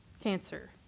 cancer